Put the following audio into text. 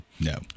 No